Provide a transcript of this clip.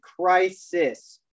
crisis